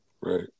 Right